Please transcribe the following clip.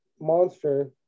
monster